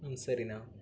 ம் சரிண்ணா